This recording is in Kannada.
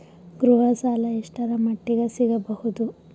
ಗೃಹ ಸಾಲ ಎಷ್ಟರ ಮಟ್ಟಿಗ ಸಿಗಬಹುದು?